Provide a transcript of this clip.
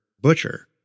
butcher